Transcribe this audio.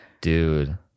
dude